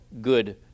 good